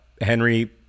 Henry